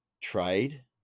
Trade